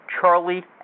Charlie